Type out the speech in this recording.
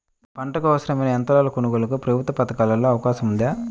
పంటకు అవసరమైన యంత్రాల కొనగోలుకు ప్రభుత్వ పథకాలలో అవకాశం ఉందా?